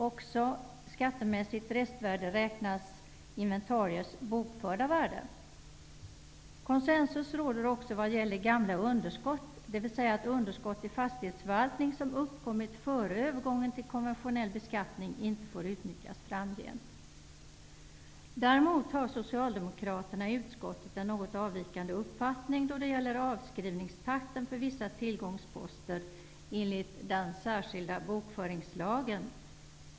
Till skattemässigt restvärde räknas också inventariers bokförda värde. Konsensus råder också vad gäller s.k. gamla underskott, dvs. att underskott i fastighetsförvaltning som uppkommit före övergången till konventionell beskattning inte får utnyttjas framgent. Däremot har socialdemokraterna i utskottet en något avvikande uppfattning då det gäller takten för avskrivning av vissa tillgångsposter enligt den särskilda bokföringslagen.